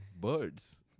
birds